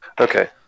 Okay